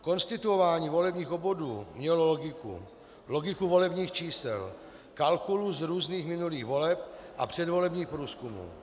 Konstituování volebních obvodů mělo logiku logiku volebních čísel, kalkulu z různých minulých voleb a předvolebních průzkumů.